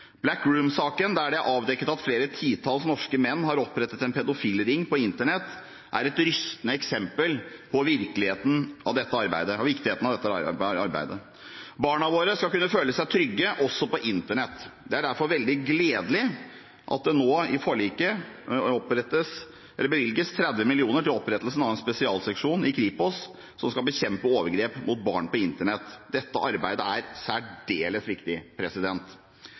«Dark Room»-saken, der det er avdekket at flere titalls norske menn har opprettet en pedofiliring på Internett, er et rystende eksempel på viktigheten av dette arbeidet. Barna våre skal kunne føle seg trygge også på Internett. Det er derfor veldig gledelig at det nå i forliket bevilges 30 mill. kr til opprettelse av en spesialseksjon i Kripos som skal bekjempe overgrep mot barn på Internett. Dette arbeidet er særdeles viktig.